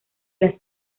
las